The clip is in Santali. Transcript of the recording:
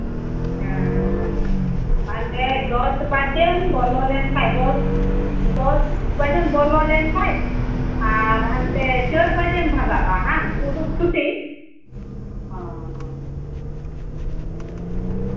ᱦᱮᱸ ᱟᱨ ᱫᱚᱥ ᱵᱟᱡᱮᱢ ᱵᱚᱞᱚ ᱞᱮᱱ ᱠᱷᱟᱱ ᱫᱚᱥ ᱫᱚᱥ ᱵᱟᱡᱮᱢ ᱵᱚᱞᱚ ᱞᱮᱱ ᱠᱷᱟᱱ ᱟᱨ ᱦᱟᱱᱛᱮ ᱪᱟᱹᱨ ᱵᱟᱡᱮᱢ ᱵᱷᱟᱜᱟᱣᱚᱜᱼᱟ ᱵᱟᱝ ᱩᱰᱩᱠ ᱪᱷᱩᱴᱤ ᱚᱻ